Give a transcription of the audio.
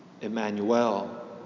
Emmanuel